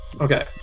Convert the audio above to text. Okay